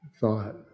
thought